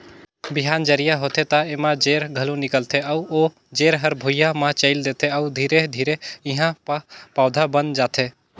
बिहान जरिया होथे त एमा जेर घलो निकलथे अउ ओ जेर हर भुइंया म चयेल देथे अउ धीरे धीरे एहा प पउधा बन जाथे